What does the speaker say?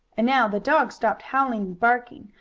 and now the dog stopped howling barking,